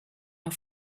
are